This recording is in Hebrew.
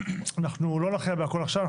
אנחנו לא נכריע בכל עכשיו.